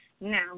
Now